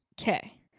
Okay